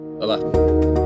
Bye-bye